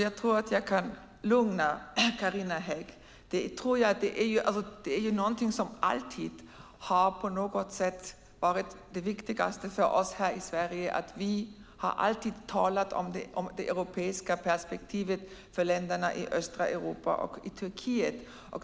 Fru talman! Jag tror att jag kan lugna Carina Hägg. Vi här i Sverige har alltid talat om det europeiska perspektivet för länderna i östra Europa och Turkiet.